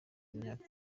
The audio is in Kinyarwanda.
imyaka